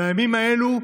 בימים האלה,